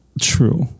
True